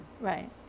Right